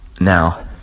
now